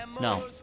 No